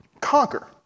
conquer